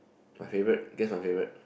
my favourite guess my favourite